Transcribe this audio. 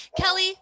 Kelly